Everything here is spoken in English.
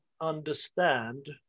understand